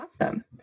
Awesome